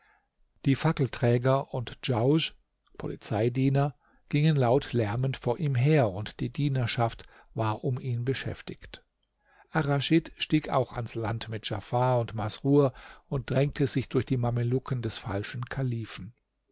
die fackelträger und djausch polizeidiener gingen laut lärmend vor ihm her und die dienerschaft war um ihn beschäftigt arraschid stieg auch ans land mit djafar und masrur und drängte sich durch die mamelucken des falschen kalifen